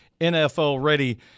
NFL-ready